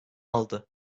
aldı